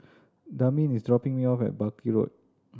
Daneen is dropping me off at Buckley Road